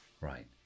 Right